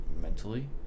mentally